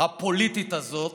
הפוליטית הזאת,